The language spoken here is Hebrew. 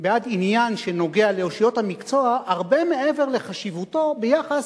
בעד עניין שנוגע לאושיות המקצוע הרבה מעבר לחשיבותו ביחס